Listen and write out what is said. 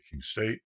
state